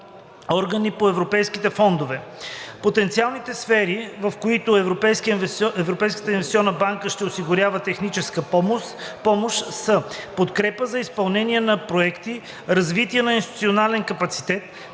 по Европейските фондове. Потенциалните сфери, в които Европейската инвестиционна банка ще осигурява техническа помощ, са: подкрепа за изпълнение на проекти; развитие на институционален капацитет;